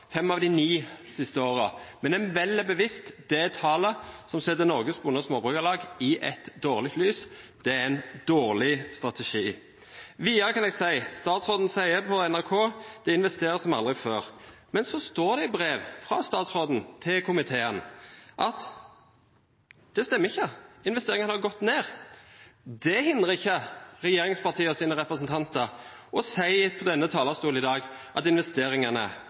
fem av de åtte siste årene, fem av de ni siste årene. Men man velger bevisst det tallet som setter Norsk Bonde- og Småbrukarlag i et dårlig lys. Det er en dårlig strategi. Videre sier statsråden til NRK at det investeres som aldri før. Men så står det i brevet fra statsråden til komiteen at det ikke stemmer. Investeringene har gått ned. Det hindrer ikke regjeringspartienes representanter å si på denne talerstolen i dag at investeringene